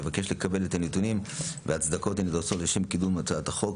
נבקש לקבל את הנתונים וההצדקות הנדרשות לשם קידום הצעת החוק.